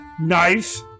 Nice